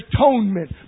atonement